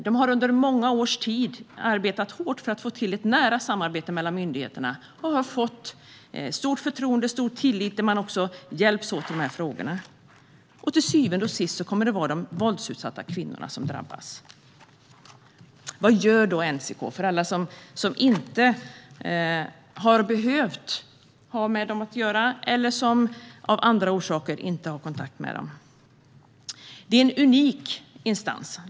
De har under många års tid arbetat hårt för att få till ett nära samarbete mellan myndigheterna och har fått stort förtroende och stor tillit, och de hjälps också åt i de här frågorna. Till syvende och sist kommer det att vara de våldsutsatta kvinnorna som drabbas. Vad gör då NCK för alla som inte har behövt ha med dem att göra eller som av andra orsaker inte har kontakt med dem? Det är en unik instans.